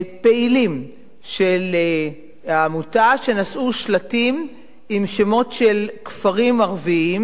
פעילים של העמותה שנשאו שלטים עם שמות של כפרים ערביים,